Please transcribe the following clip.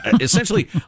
Essentially